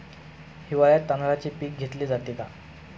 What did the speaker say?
हिवाळ्यात तांदळाचे पीक घेतले जाते का?